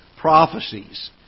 prophecies